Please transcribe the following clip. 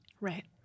Right